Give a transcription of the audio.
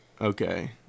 Okay